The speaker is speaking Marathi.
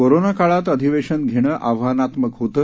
कोरोना काळात अधिवेशन घेणं आव्हानात्मक होतं